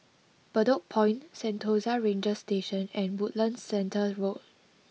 Bedok Point Sentosa Ranger Station and Woodlands Centre Road